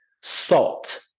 Salt